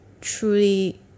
truly